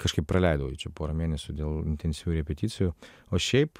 kažkaip praleidau čia porą mėnesių dėl intensyvių repeticijų o šiaip